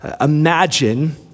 Imagine